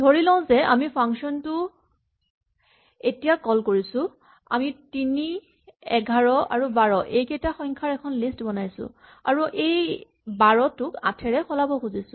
ধৰি লওঁ যে আমি ফাংচন টো এতিয়া কল কৰিছো আমি ৩ ১১ ১২ এইকেইটা সংখ্যাৰ এখন লিষ্ট বনাইছো আৰু আমি এই ১২ টোক ৮ ৰে সলাব খুজিছো